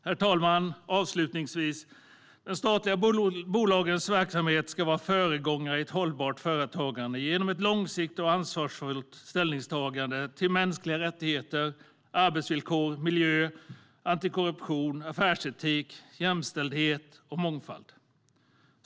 Avslutningsvis, herr talman, ska de statliga bolagens verksamhet vara föregångare i ett hållbart företagande genom ett långsiktigt och ansvarsfullt ställningstagande till mänskliga rättigheter, arbetsvillkor, miljö, antikorruption, affärsetik, jämställdhet och mångfald.